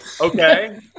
okay